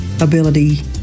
ability